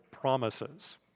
promises